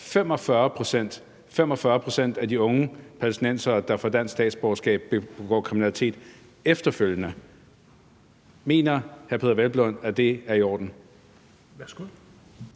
45 pct. af de unge palæstinensere, der får dansk statsborgerskab, begår kriminalitet efterfølgende. Mener hr. Peder